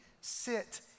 sit